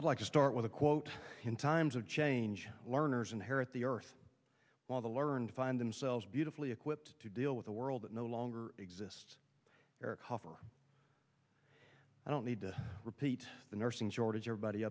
i'd like to start with a quote in times of change learners inherit the earth while the learned find themselves beautifully equipped to deal with a world that no longer exist i don't need to repeat the nursing shortage your body